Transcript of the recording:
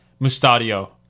Mustadio